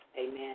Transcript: Amen